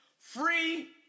free